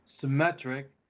symmetric